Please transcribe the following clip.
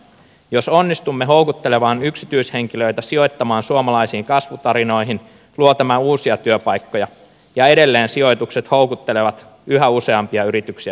jos onnistumme houkuttelemaan yksityishenkilöitä sijoittamaan suomalaisiin kasvutarinoihin luo tämä uusia työpaikkoja ja edelleen sijoitukset houkuttelevat yhä useampia yrityksiä sijoittumaan suomeen